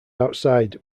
outside